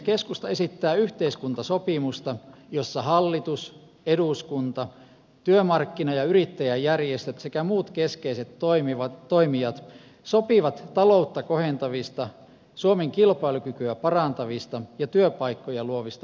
keskusta esittää yhteiskuntasopimusta jossa hallitus eduskunta työmarkkina ja yrittäjäjärjestöt sekä muut keskeiset toimijat sopivat taloutta kohentavista suomen kilpailukykyä parantavista ja työpaikkoja luovista uudistuksista